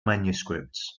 manuscripts